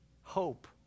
hope